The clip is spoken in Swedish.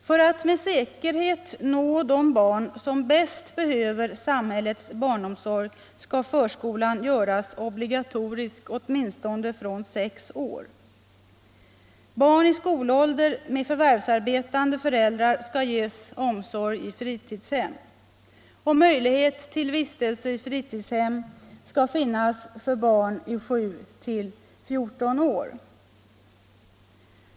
För att med säkerhet nå de barn som bäst behöver samhällets barnomsorg skall förskolan göras obligatorisk åtminstone från 6 år. Barn i skolåldern med förvärvsarbetande föräldrar skall ges omsorg i fritidshem. Möjlighet till vistelse i fritidshem skall finnas för barn i åldrarna 7-14 år.